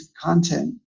content